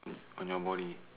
on your body